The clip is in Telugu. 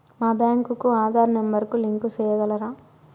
మా బ్యాంకు కు ఆధార్ నెంబర్ కు లింకు సేయగలరా?